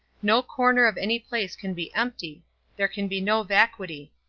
no corner of any place can be empty there can be no vacuity.